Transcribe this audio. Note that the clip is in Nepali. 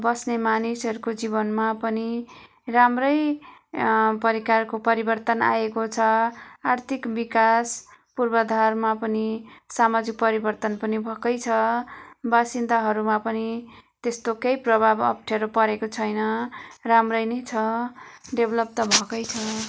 बस्ने मानिसहरूको जीवनमा पनि राम्रै प्रकारको परिवर्तन आएको छ आर्थिक विकास पूर्वधारमा पनि सामाजिक परिवर्तन पनि भएकै छ बासिन्दाहरूमा पनि त्यस्तो केही प्रभाव अप्ठ्यारो परेको छैन राम्रै नै छ डेभलप त भएकै छ